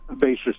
basis